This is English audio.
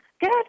Good